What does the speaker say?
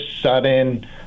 sudden